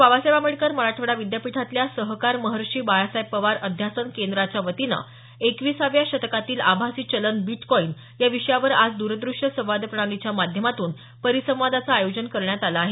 बाबासाहेब आंबेडकर मराठवाडा विद्यापीठातल्या सहकार महर्षी बाळासाहेब पवार अध्यासन केंद्राच्या वतीनं एकविसाव्या शतकातील आभासी चलन बिटकॉइन या विषयावर आज द्रद्रष्य संवाद प्रणालीच्या माध्यमातून परिसंवादाचं आयोजन करण्यात आलं आहे